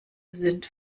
sind